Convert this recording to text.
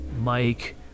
Mike